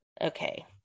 Okay